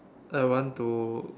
I want to